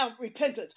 repentance